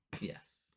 Yes